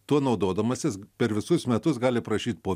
tuo naudodamasis per visus metus gali prašyt po